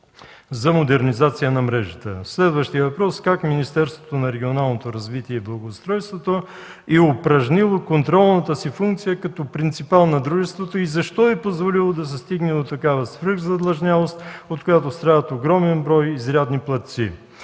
за модернизация на мрежата? Следващият въпрос: как Министерството на регионалното развитие и благоустройството е упражнило контролната си функция като принципал на дружеството и защо е позволило да се стигне да такава свръхзадлъжнялост, от която страдат огромен брой изрядни платци?